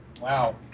Wow